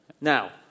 now